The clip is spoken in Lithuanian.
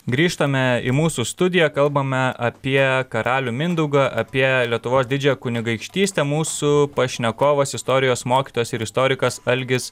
grįžtame į mūsų studiją kalbame apie karalių mindaugą apie lietuvos didžiąją kunigaikštystę mūsų pašnekovas istorijos mokytojas ir istorikas algis